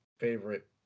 favorite